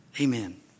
Amen